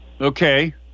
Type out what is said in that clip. okay